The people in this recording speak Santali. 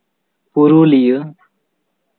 ᱯᱩᱨᱩᱞᱤᱭᱟᱹ